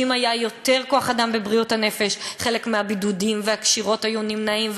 שאם היה יותר כוח-אדם בבריאות הנפש חלק מהבידודים והקשירות היו נמנעים,